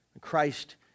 Christ